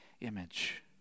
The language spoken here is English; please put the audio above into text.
image